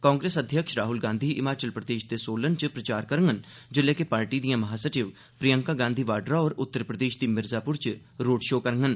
कांग्रेस अध्यक्ष राहल गांधी हिमाचल प्रदेश दे सोलन इच प्रचार करगन जेल्लै दे पार्टी दियां महासचिव प्रियंका गांधी वाड्रा होर उत्तर प्रदेश दी मिरजापुर इच रोड शो करगन